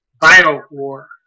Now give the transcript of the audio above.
bio-war